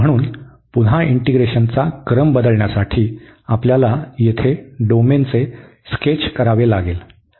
म्हणून पुन्हा इंटीग्रेशनचा क्रम बदलण्यासाठी आपल्याला येथे डोमेनचे स्केच करावे लागेल